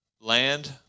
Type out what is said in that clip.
Land